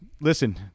listen